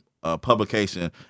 publication